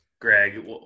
greg